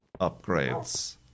upgrades